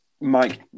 Mike